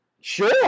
Sure